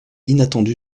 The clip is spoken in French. inattendu